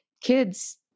kids